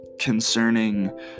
concerning